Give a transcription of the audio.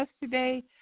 yesterday